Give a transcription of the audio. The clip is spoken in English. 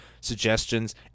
suggestions